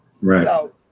Right